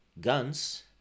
guns